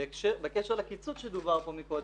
בקשר לקיצוץ שדובר כאן קודם,